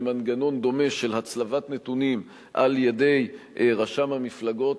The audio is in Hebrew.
במנגנון דומה של הצלבת נתונים על-ידי רשם המפלגות,